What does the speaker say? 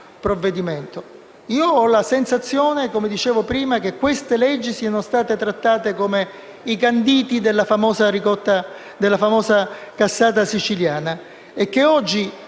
Ho la sensazione, come dicevo prima, che queste leggi siano state trattate come i canditi della famosa cassata siciliana e che oggi